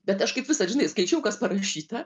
bet aš kaip visad žinai skaičiau kas parašyta